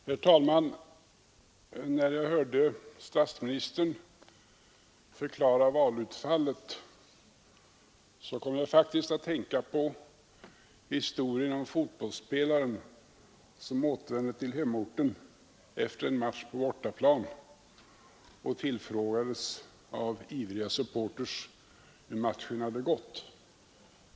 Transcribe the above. Herr talman! När jag hörde statsministern förklara valutfallet kom jag att tänka på historien om fotbollsspelaren som återvände till hemorten efter en match på bortaplan och tillfrågades av ivriga supporter hur matchen hade gått.